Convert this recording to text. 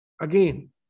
again